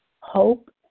hope